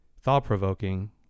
thought-provoking